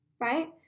right